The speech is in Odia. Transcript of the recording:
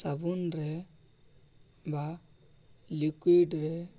ସାବୁନରେ ବା ଲିକୁଇଡ଼ରେ